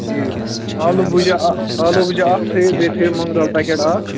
ٹھیٖک آلوٗ بوٗجا آ آلوٗ بوٗجا اَکھ تھٲیِو بیٚیہِ تھٲیِو مۄنٛگ دَل پٮ۪کٮ۪ٹ اَکھ